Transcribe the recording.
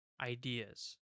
ideas